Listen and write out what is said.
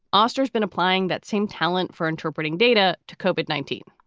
oster has been applying that same talent for interpreting data to cope at nineteen.